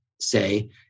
say